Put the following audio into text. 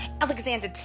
Alexander